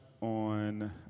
on